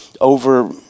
over